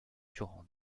durant